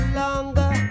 longer